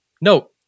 No